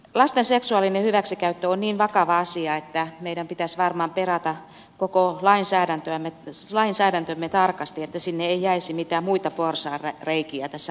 lasten seksuaalinen hyväksikäyttö on niin vakava asia että meidän pitäisi varmaan perata koko lainsäädäntömme tarkasti että sinne ei jäisi mitään muita porsaanreikiä tässä asiassa